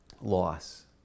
Loss